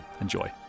Enjoy